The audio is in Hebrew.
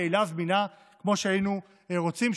יעילה וזמינה כמו שהיינו רוצים,